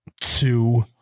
two